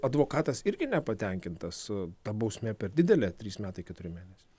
advokatas irgi nepatenkintas ta bausmė per didelė trys metai keturi mėnesiai